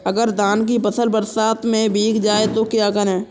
अगर धान की फसल बरसात में भीग जाए तो क्या करें?